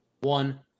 One